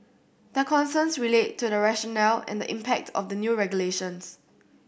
their concerns relate to the rationale and the impact of the new regulations